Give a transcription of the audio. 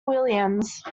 williams